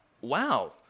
wow